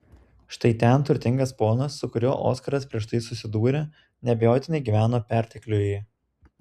štai ten turtingas ponas su kuriuo oskaras prieš tai susidūrė neabejotinai gyveno pertekliuje